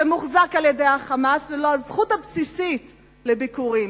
שמוחזק בידי ה"חמאס" ללא הזכות הבסיסית לביקורים,